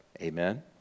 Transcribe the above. amen